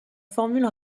formule